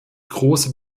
große